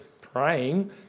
praying